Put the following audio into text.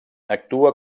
actua